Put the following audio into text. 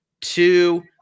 two